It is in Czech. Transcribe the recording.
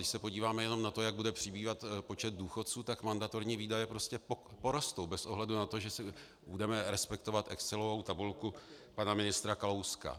Když se podíváme jenom na to, jak bude přibývat počet důchodců, tak mandatorní výdaje prostě porostou bez ohledu na to, že budeme respektovat excelovskou tabulku pana ministra Kalouska.